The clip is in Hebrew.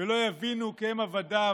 ולא יבינו כי הם עבדיו,